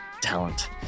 talent